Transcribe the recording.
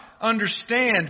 understand